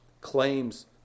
claims